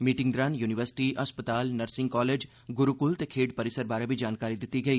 meeting दौरान university हस्पताल nursing college ग्रुकुल ते खेड्ढ परिसर बारै बी जानकारी दित्ती गेई